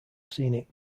scenic